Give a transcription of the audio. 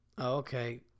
Okay